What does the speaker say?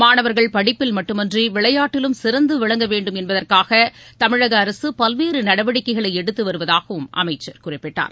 மாணவர்கள் படிப்பில் மட்டுமின்றி விளையாட்டிலும் சிறந்துவிளங்கவேண்டும் என்பதற்காக தமிழக அரசு பல்வேறு நடவடிக்கைகளை எடுத்து வருவதாகவும் அமைச்சர் குறிப்பிட்டார்